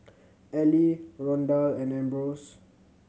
Ely Rondal and Ambrose